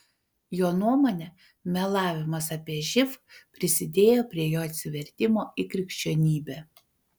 jo nuomone melavimas apie živ prisidėjo prie jo atsivertimo į krikščionybę